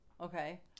Okay